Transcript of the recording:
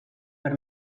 per